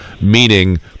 meaning